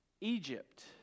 Egypt